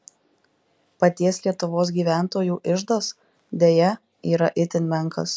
paties lietuvos gyventojų iždas deja yra itin menkas